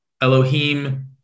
Elohim